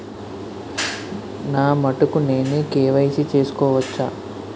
నా మటుకు నేనే కే.వై.సీ చేసుకోవచ్చా?